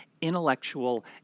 intellectual